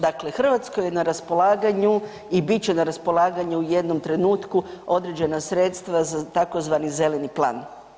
Dakle, Hrvatskoj je na raspolaganju i bit će na raspolaganju u jednom trenutku određena sredstva za tzv. Zeleni plan.